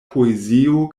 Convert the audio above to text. poezio